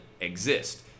exist